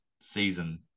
season